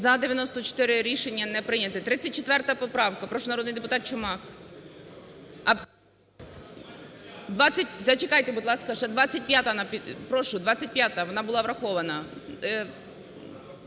За-94 Рішення не прийнято. 34 поправка. Прошу, народний депутат Чумак. Зачекайте, будь ласка. Ще 25-а, прошу, 25-а, вона була врахована.